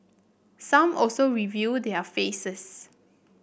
some also reveal their faces